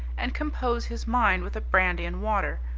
and compose his mind with a brandy and water,